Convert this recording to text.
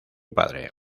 padre